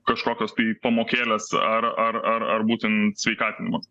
kažkokios tai pamokėlės ar ar ar ar būtent sveikatinimas